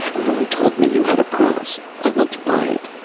vern told me you had a pross. i want to buy it.